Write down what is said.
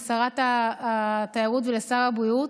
לשרת התיירות ולשר הבריאות,